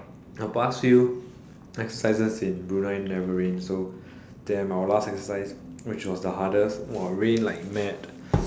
the past few exercises in Brunei never rain so damn our last exercise which was the hardest !wah! rained like mad